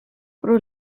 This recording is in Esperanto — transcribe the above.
pro